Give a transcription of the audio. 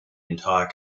entire